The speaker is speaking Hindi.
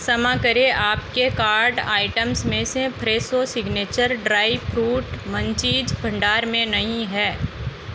क्षमा करें आपके कार्ट आइटम्ज़ में से Fresho signature dry fruit munchies भंडार में नहीं है